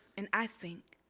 and i think